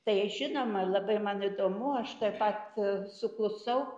tai žinoma labai man įdomu aš tuoj pat suklusau